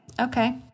Okay